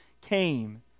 came